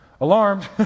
Alarmed